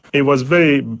it was very,